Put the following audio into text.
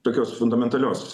tokios fundamentalios